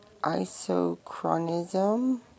isochronism